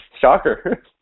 Shocker